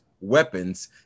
weapons